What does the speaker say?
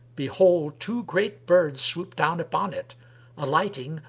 behold, two great birds swooped down upon it alighting,